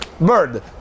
bird